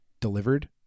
delivered